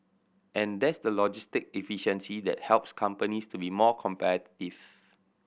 and that's the logistic efficiency that helps companies to be more competitive